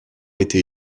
été